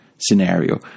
scenario